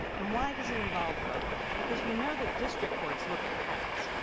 and why does it involve both? because we know that district courts look at patents.